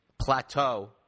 plateau